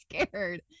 scared